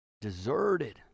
deserted